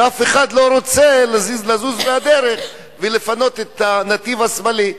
ואף אחד לא רוצה לזוז מהדרך ולפנות את הנתיב השמאלי,